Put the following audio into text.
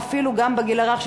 גם כשהילד בגיל הרך,